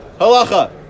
Halacha